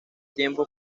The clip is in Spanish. tiempo